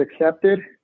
accepted